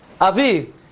avi